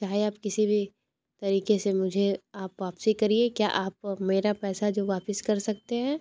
चाहे आप किसी भी तरीके से मुझे आप वापसी करिए क्या आप मेरा पैसा जो वापिस कर सकते हैं